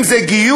אם זה גיוס,